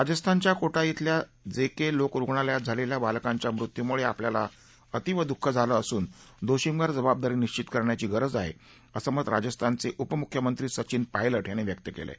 राजस्थानच्या कोटा धिल्या J K लोक रुग्णालयात झालेल्या बालकांच्या मृत्यूमुळे आपल्याला अतीव दुःख झालं असून दोषींवर जबाबदारी निश्वित करण्याची गरज आहे असं मत राजस्थानचे उपमुख्यमंत्री सचिन पायलट यांनी व्यक्त केलं आहे